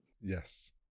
Yes